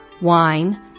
wine